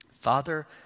Father